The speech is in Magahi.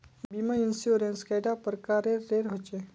बीमा इंश्योरेंस कैडा प्रकारेर रेर होचे